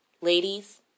Ladies